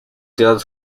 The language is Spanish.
ciudad